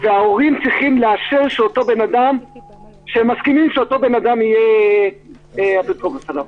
וההורים צריכים לאשר שהם מסכימים שאותו בן אדם יהיה אפוטרופוס עליו.